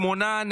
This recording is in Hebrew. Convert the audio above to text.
שמונה,